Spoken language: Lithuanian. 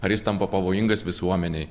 ar jis tampa pavojingas visuomenei